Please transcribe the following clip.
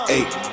Eight